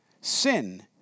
Sin